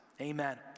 Amen